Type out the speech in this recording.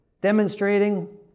demonstrating